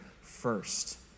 first